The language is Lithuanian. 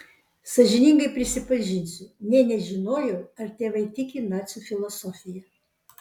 sąžiningai prisipažinsiu nė nežinojau ar tėvai tiki nacių filosofija